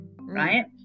right